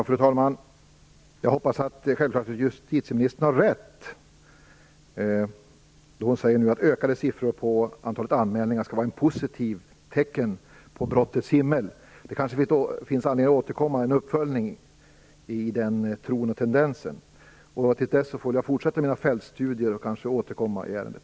Fru talman! Jag hoppas självklart att justitieministern har rätt då hon säger att ett ökat antal anmälningar är ett positivt tecken på brottets himmel. Det kanske finns anledning att återkomma med en uppföljning i den tron och tendensen. Tills dess får jag fortsätta mina fältstudier och kanske återkomma i ärendet.